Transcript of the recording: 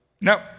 No